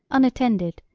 unattended,